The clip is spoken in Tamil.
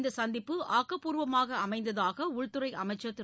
இந்தச் சந்திப்பு ஆக்கபூர்வமாக அமைந்ததாக உள்துறை அமைச்சர் திரு